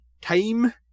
time